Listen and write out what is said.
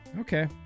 okay